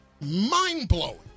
mind-blowing